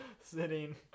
sitting